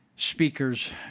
Speakers